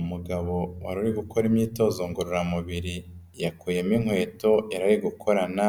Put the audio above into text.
Umugabo wari uri gukora imyitozo ngororamubiri yakuyemo inkweto yari ari gukorana,